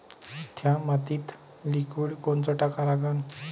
थ्या मातीत लिक्विड कोनचं टाका लागन?